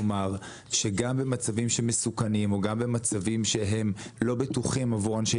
כלומר שגם במצבים מסוכנים או גם במצבים שהם לא בטוחים עבור אנשי